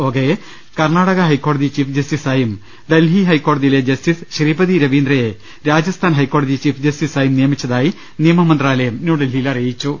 ഓകയെ കർണ്ണാടക ഹൈക്കോടതി ചീഫ് ജസ്റ്റിസായും ഡൽഹി ഹൈക്കോടതിയിലെ ജസ്റ്റിസ് ശ്രീപതി രവീന്ദ്രയെ രാജസ്ഥാൻ ഹൈക്കോ ടതി ചീഫ് ജസ്റ്റിസായും നിയമിച്ചതായി നിയമ മന്ത്രാലയം ന്യൂഡൽഹിയിൽ അറി യിച്ചു